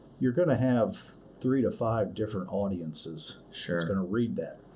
you're going to have three to five different audiences sharing going to read that.